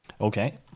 Okay